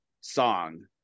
song